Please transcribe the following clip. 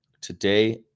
today